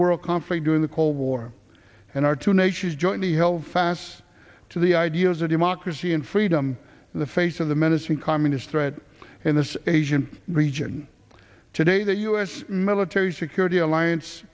world conflict during the cold war and our two nations jointly help fast to the ideas of democracy and freedom in the face of the menacing communist threat in this asian region today that u s military security alliance